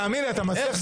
תאמין לי --- כן,